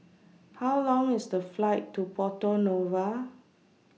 How Long IS The Flight to Porto Novo